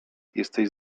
jesteś